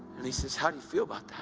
and he said, how do you feel but